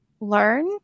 learn